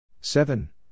Seven